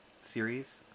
series